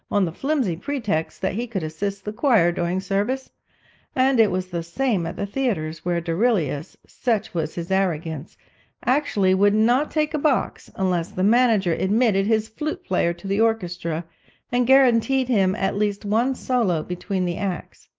on the flimsy pretext that he could assist the choir during service and it was the same at the theatres, where duilius such was his arrogance actually would not take a box unless the manager admitted his flute-player to the orchestra and guaranteed him at least one solo between the acts.